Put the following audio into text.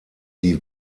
die